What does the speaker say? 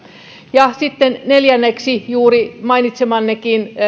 ja sitten neljänneksi myös juuri mainitsemanne